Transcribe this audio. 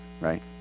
right